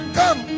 come